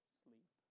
sleep